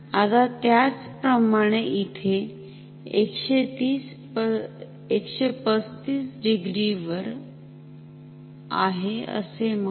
आता त्याचप्रमाणे इथे 135 डिग्री वर आहे असे मानु